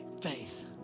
Faith